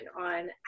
on